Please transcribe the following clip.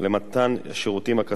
למתן השירותים הכספיים,